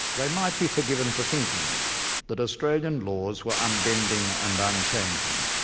they might be forgiven for thinking that australian laws were unbending and unchanging,